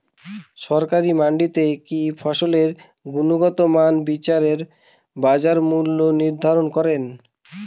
সরকারি মান্ডিতে কি ফসলের গুনগতমান বিচারে বাজার মূল্য নির্ধারণ করেন?